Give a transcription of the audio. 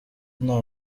nta